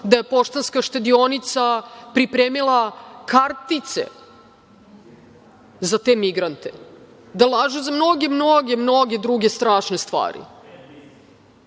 da je „Poštanska štedionica“ pripremila kartice za te migrante, da lažu za mnoge, mnoge druge strašne stvari.